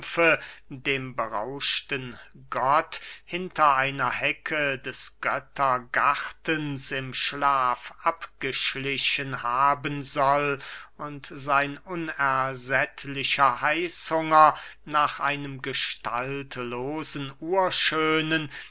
dem berauschten gott hinter einer hecke des göttergartens im schlaf abgeschlichen haben soll und sein unersättlicher heißhunger nach einem gestaltlosen urschönen